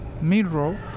mirror